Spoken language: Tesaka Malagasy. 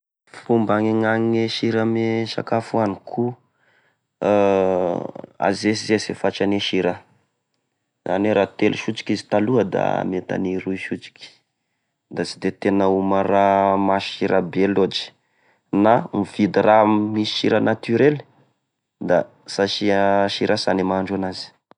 Fomba agnena e sira ame sakafo oaniko azesizesy e fatrane sira, izany hoe raha telo sotroky izy taloha da mety any roy sotroky, da sy de tena oma raha masira be loatra! na mividy raha misy sira naturely da sy asia sira sana e mahandro anazy.